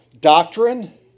Doctrine